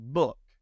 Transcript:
book